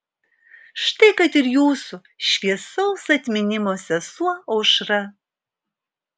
štai kad ir jūsų šviesaus atminimo sesuo aušra